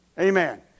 Amen